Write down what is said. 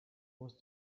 was